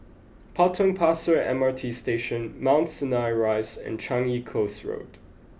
Potong Pasir M R T Station Mount Sinai Rise and Changi Coast Road